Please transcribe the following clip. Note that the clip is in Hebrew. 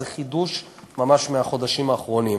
זה חידוש ממש מהחודשים האחרונים.